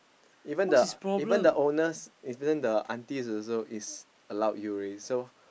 even the even the owners even the aunties also is allowed you already so